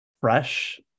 fresh